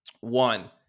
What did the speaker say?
One